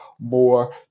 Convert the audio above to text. more